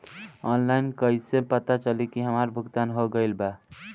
Online कईसे पता चली की हमार भुगतान हो गईल बा?